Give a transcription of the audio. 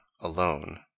alone